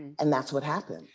and that's what happened.